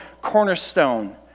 cornerstone